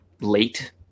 late